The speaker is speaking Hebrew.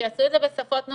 שיעשו את זה בשפות נוספות,